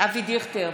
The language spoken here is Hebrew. אבי דיכטר,